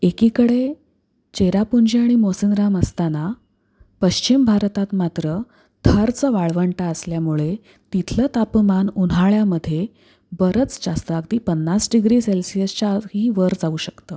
एकीकडे चेरापुंजी आणि मोसिनराम असताना पश्चिम भारतात मात्र थरचं वाळवंट असल्यामुळे तिथलं तापमान उन्हाळ्यामध्ये बरंच जास्त अगदी पन्नास डिग्री सेल्सियसच्याही वर जाऊ शकतं